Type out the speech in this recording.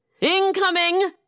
Incoming